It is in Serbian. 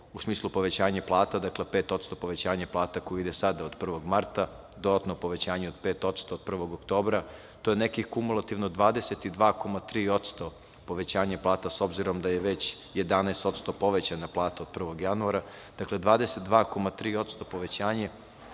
u smislu povećanja plata. Dakle, pet posto povećanje plata koji ide sada od 1. marta, dodatno povećanje od pet posto od 1. oktobra, to je kumulativno 22,3% povećanje plata s obzirom da je već 11% povećana plata od 1. januara. Dakle, 22,3% povećanje